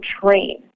train